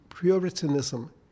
puritanism